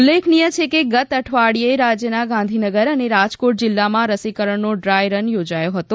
ઉલ્લેખનીય છે કે ગત અઠવાડિયે રાજ્યના ગાંધીનગર અને રાજકોટ જિલ્લામાં રસીકરણનો ડ્રાયરન યોજાયો હતો